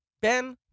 Ben